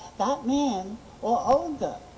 that man or olga.